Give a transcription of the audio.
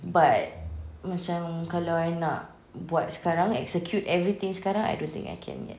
but macam kalau I nak buat sekarang execute everything sekarang I don't think I can yet